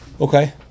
Okay